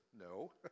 no